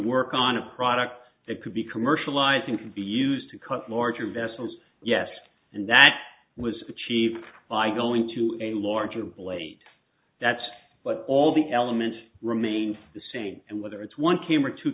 work on a product that could be commercializing to be used to cut larger vessels yes and that was achieved by going to a larger blade that's what all the elements remain the same and whether it's one came or two